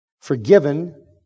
forgiven